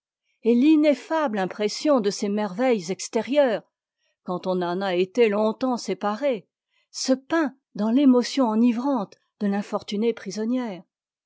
et l'ineffable impression de ces merveilles extérieures quand on en a été ongtemps séparé se peint dans l'émotion enivrante de l'infortunée prisonnière